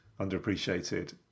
underappreciated